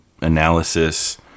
analysis